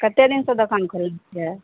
कते दिनसँ दोकान खोललियै हइ